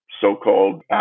so-called